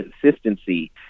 consistency